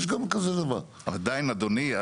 עדיין, אדוני,